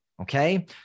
Okay